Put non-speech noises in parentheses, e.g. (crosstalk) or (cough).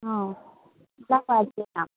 অ (unintelligible)